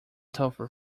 tougher